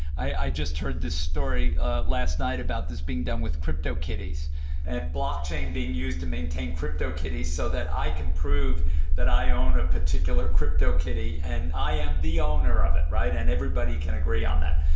i i just heard this story ah last night about this being done with cryptokitties and blockchain being used to maintain cryptokitties so that i can prove that i own a particular cryptokitty and i am the owner of it right, and everybody can agree on that.